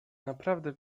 naprawdę